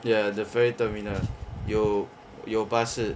ya the ferry terminal 有有巴士